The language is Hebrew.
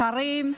שרים,